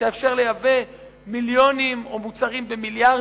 תאפשר לייבא מיליונים או מוצרים במיליארדים,